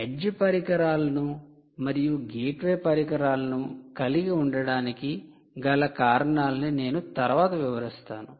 edge పరికరాలను మరియు gateway పరికరాలను కలిగి ఉండటానికి గల కారణాలను నేను తరువాత వివరిస్తాను